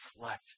reflect